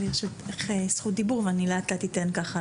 לרשותך זכות הדיבור ואני לאט לאט ככה